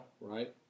right